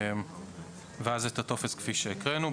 ואת הטופס כפי שהקראנו,